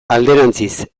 alderantziz